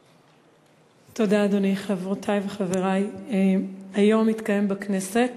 אדוני, תודה, חברותי וחברי, היום התקיים בכנסת,